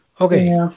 Okay